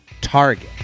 target